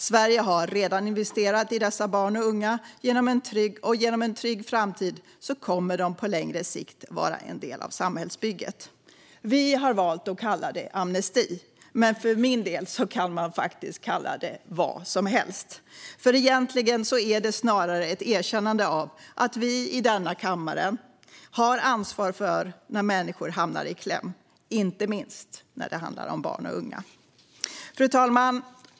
Sverige har redan investerat i dessa barn och unga, och en trygg framtid gör att de på längre sikt kommer att vara en del av samhällsbygget. Vi har valt att kalla detta amnesti. Men för min del kan man kalla det vad som helst. Egentligen är det snarare ett erkännande av att vi i denna kammare har ansvar för när människor hamnar i kläm, inte minst när det handlar om barn och unga. Fru talman!